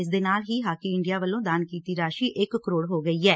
ਇਸ ਦੇ ਨਾਲ ਹੀ ਹਾਕੀ ਇੰਡੀਆ ਵੱਲੋਂ ਦਾਨ ਕੀਤੀ ਰਾਸ਼ੀ ਇਕ ਕਰੋੜ ਹੋ ਗਈ ਐ